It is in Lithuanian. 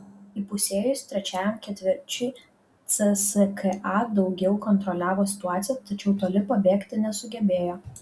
įpusėjus trečiajam ketvirčiui cska daugiau kontroliavo situaciją tačiau toli pabėgti nesugebėjo